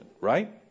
Right